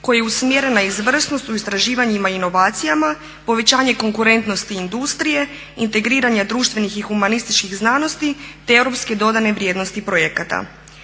koji je usmjeren na izvrsnost u istraživanjima i inovacijama, povećanje konkurentnosti industrije, integriranja društvenih i humanističkih znanosti te europske dodane vrijednosti projekata.